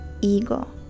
ego